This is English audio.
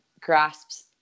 grasps